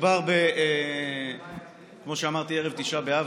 מדובר בערב תשעה באב,